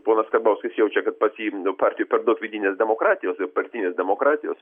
ponas karbauskis jaučia kad pas jį partijoj per daug vidinės demokratijos partinės demokratijos